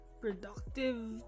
productive